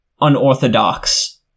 unorthodox